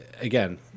Again